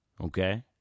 Okay